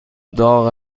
داغ